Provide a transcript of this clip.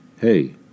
hey